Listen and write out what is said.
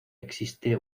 existe